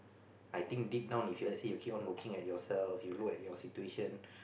I think deep down if let's say if you keep looking at yourself you look at your situation